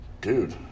Dude